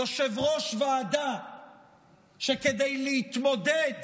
יושב-ראש ועדה שכדי להתמודד